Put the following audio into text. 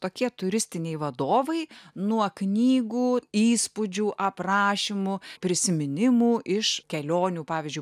tokie turistiniai vadovai nuo knygų įspūdžių aprašymų prisiminimų iš kelionių pavyzdžiui